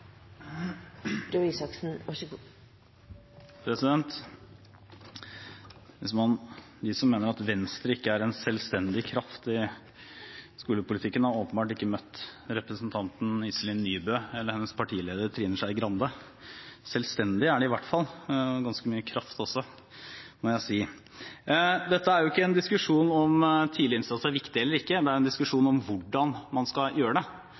en selvstendig kraft i skolepolitikken, har åpenbart ikke møtt representanten Iselin Nybø eller hennes partileder, Trine Skei Grande. Selvstendige er de i hvert fall – de har ganske mye kraft også, må jeg si. Dette er ikke en diskusjon om hvorvidt tidlig innsats er viktig eller ikke; det er en diskusjon om hvordan man skal gjøre det.